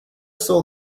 saw